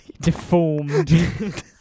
deformed